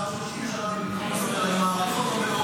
עבד 30 שנה בביטחון ישראל,